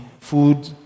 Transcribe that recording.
food